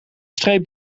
streep